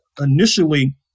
initially